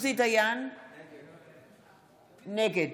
נגד